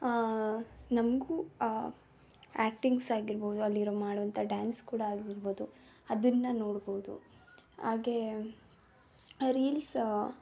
ನಮಗೂ ಆ ಆ್ಯಕ್ಟಿಂಗ್ಸ್ ಆಗಿರ್ಬೋದು ಅಲ್ಲಿರೋ ಮಾಡುವಂಥ ಡ್ಯಾನ್ಸ್ ಕೂಡ ಆಗಿರ್ಬೋದು ಅದನ್ನು ನೋಡ್ಬೋದು ಹಾಗೆ ರೀಲ್ಸ್